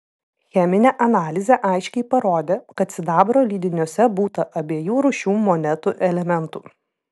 cheminė analizė aiškiai parodė kad sidabro lydiniuose būta abiejų rūšių monetų elementų